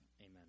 Amen